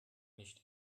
nicht